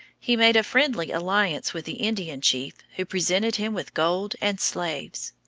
he made a friendly alliance with an indian chief, who presented him with gold and slaves.